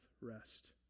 rest